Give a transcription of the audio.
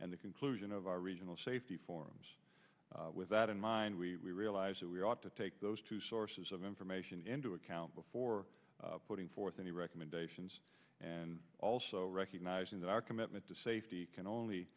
and the conclusion of our regional safety forums with that in mind we realize that we ought to take those two sources of information into account before putting forth any recommendations and also recognizing that our commitment to safety can only